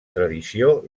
tradició